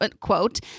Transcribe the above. quote